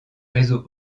réseau